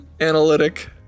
analytic